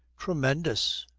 tremendous.